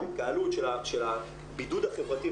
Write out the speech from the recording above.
של הבידוד החברתי,